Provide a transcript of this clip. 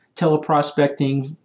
teleprospecting